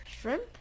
Shrimp